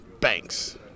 Banks